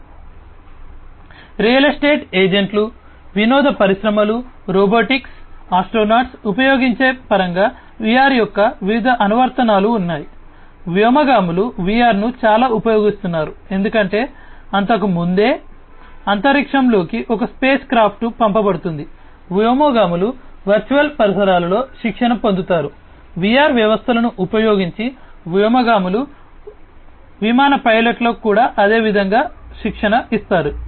కాబట్టి real estate ఏజెంట్లు వినోద పరిశ్రమలు రోబోటిక్స్ వ్యోమగాములు ఉపయోగించే పరంగా VR యొక్క వివిధ అనువర్తనాలు ఉన్నాయి వ్యోమగాములు VR ను చాలా ఉపయోగిస్తున్నారు ఎందుకంటే అంతకు ముందే మరియు అంతరిక్షంలోకి ఒక స్పేస్ క్రాఫ్ట్ పంపబడుతుంది వ్యోమగాములు వర్చువల్ పరిసరాలలో శిక్షణ పొందుతారు VR వ్యవస్థలను ఉపయోగించి వ్యోమగాములు విమాన పైలట్లకు కూడా అదేవిధంగా శిక్షణ ఇస్తారు